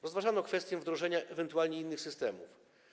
Rozważano kwestię wdrożenia ewentualnie innych systemów.